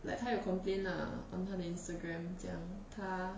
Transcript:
like 他有 complain lah on 他的 instagram 讲他